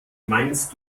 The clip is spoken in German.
meinst